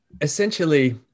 essentially